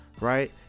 right